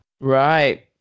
right